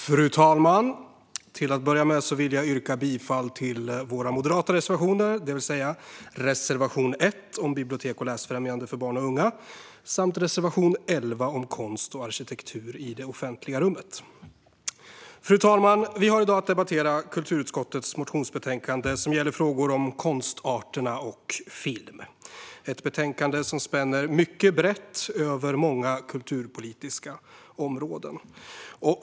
Fru talman! Till att börja med vill jag yrka bifall till våra moderata reservationer, det vill säga reservation 1 om bibliotek och läsfrämjande för barn och unga samt reservation 11 om konst och arkitektur i det offentliga rummet. Fru talman! Vi har i dag att debattera kulturutskottets motionsbetänkande som gäller frågor om konstarterna och film, ett betänkande som spänner mycket brett över många kulturpolitiska områden.